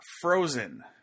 Frozen